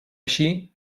així